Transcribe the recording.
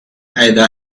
either